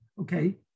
okay